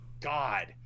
god